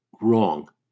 wrong